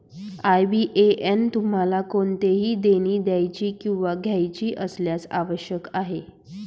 IBAN तुम्हाला कोणतेही देणी द्यायची किंवा घ्यायची असल्यास आवश्यक आहे